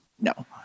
No